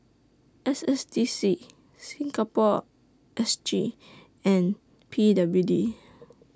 S S D C Singapore S G and P W D